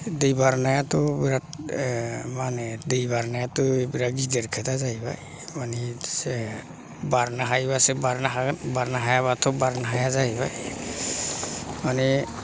दै बारनायाथ' बिराथ मा होनो दै बारनायाथ' बिराथ गिदिर खोथा जाहैबाय माने जे बारनो हायोबासो बारनो हागोन बारनो हायाबाथ' बारनो हाया जाहैबाय मानि